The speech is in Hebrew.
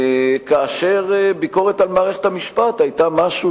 כאשר ביקורת על מערכת המשפט היתה משהו